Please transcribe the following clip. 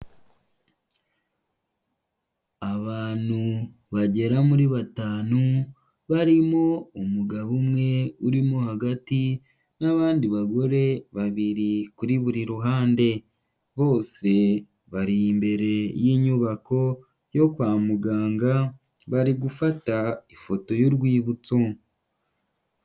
Abantu bagera muri batanu barimo umugabo umwe urimo hagati n'abandi bagore babiri kuri buri ruhande, bose bari imbere y'inyubako yo kwa muganga bari gufata ifoto y'urwibutso.